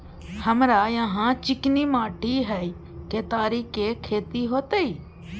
हमरा यहाँ चिकनी माटी हय केतारी के खेती होते?